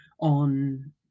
on